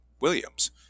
williams